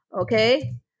okay